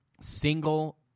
single